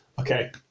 Okay